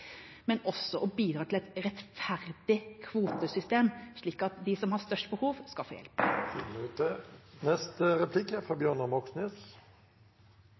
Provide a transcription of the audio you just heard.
men også å bidra til et rettferdig kvotesystem, slik at de som har størst behov, skal få hjelp.